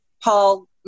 Paul